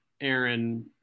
aaron